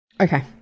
Okay